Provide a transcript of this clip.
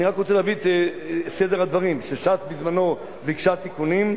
אני רק רוצה להגיד את סדר הדברים: ש"ס בזמנו ביקשה תיקונים,